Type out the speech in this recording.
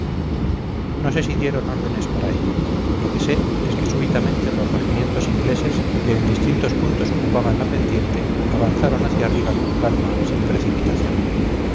no sé si dieron órdenes para ello lo que sé es que súbitamente los regimientos ingleses que en distintos puntos ocupaban la pendiente avanzaron hacia arriba con calma sin precipitación